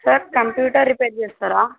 sir computer repair చేస్తరా